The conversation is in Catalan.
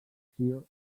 asimètrica